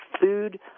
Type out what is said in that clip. food